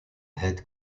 head